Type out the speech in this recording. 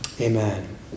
Amen